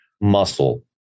muscle